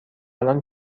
الان